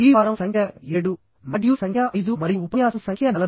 ఈ వారం సంఖ్య 7 మాడ్యూల్ సంఖ్య 5 మరియు ఉపన్యాసం సంఖ్య 41